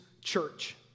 church